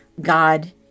God